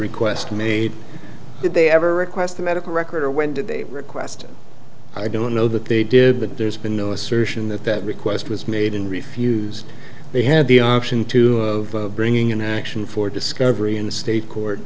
request made did they ever request the medical record or when did they request i don't know that they did but there's been no assertion that that request was made and refused they had the option to of bringing an action for discovery in the state court